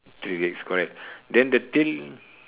three legs correct then the tail